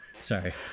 Sorry